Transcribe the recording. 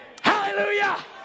Hallelujah